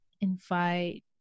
invite